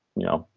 you know,